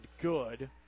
good